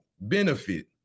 benefit